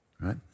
right